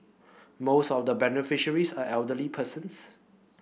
most of the beneficiaries are elderly persons